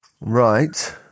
Right